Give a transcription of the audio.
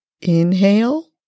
inhale